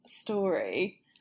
story